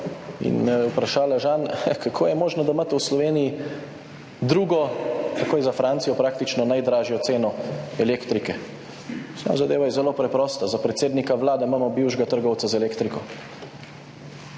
je vprašala, Žan, kako je možno, da imate v Sloveniji drugo, takoj za Francijo praktično najdražjo ceno elektrike? Samo zadeva je zelo preprosta, za predsednika Vlade imamo bivšega trgovca z elektriko